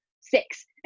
six